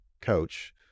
coach